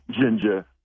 ginger